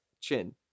Chin